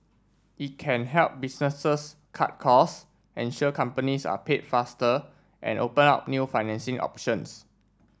it can help businesses cut cost ensure companies are paid faster and open up new financing options